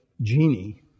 genie